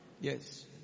Yes